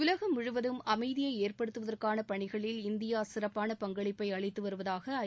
உலகம் முழுவதும் அமைதியை ஏற்படுத்துவதற்கான பணிகளில் இந்தியா சிறப்பான பங்களிப்பை அளித்து வருவதாக ஐ